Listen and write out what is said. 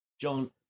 John